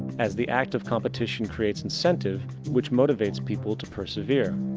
as the act of competition creates incentive, which motivates people to persevere.